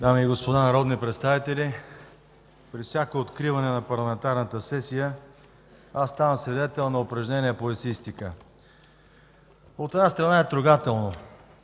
Дами и господа народни представители, при всяко откриване на парламентарната сесия аз ставам свидетел на упражнение по есеистика. От една страна е трогателно